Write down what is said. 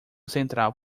central